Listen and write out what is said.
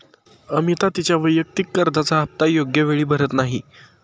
अमिता तिच्या वैयक्तिक कर्जाचा हप्ता योग्य वेळी भरत नाही